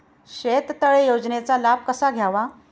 शेततळे योजनेचा लाभ कसा घ्यावा?